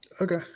Okay